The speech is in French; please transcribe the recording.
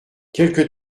quelque